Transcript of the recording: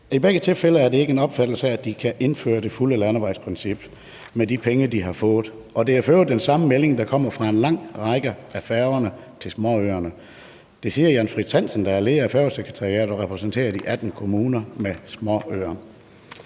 I begge tilfælde er der ikke en opfattelse af, at de kan indføre det fulde landevejsprincip med de penge, de har fået. Det er for øvrigt den samme melding, der kommer fra en lang række af færgerne til småøerne. Det siger Jan Fritz Hansen, der er leder af Færgesekretariat og repræsenterer de 18 kommuner med småøer.